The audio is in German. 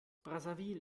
brazzaville